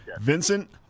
Vincent